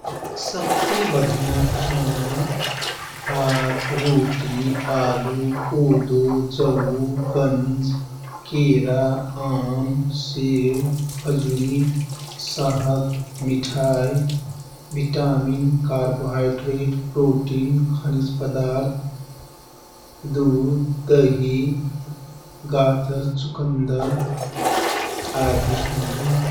शक्ति बढैना खाना भात, रोटी, आलु, कोदो, जौ, गञ्ज, केरा, आम, सेउ, खजुरी, सहत, मिठाइ, भिटामिन, कार्बोहाइड्रेट, प्रोटिन, खनिजपदार्थ, दुध, दही, गाजर, चुकन्दर आदि हैँ।